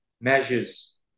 measures